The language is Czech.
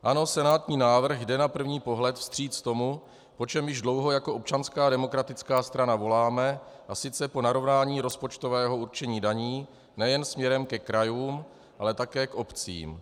Ano, senátní návrh jde na první pohled vstříc tomu, po čem již dlouho jako Občanská demokratická strana voláme, a sice po narovnání rozpočtového určení daní nejen směrem ke krajům, ale také k obcím.